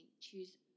choose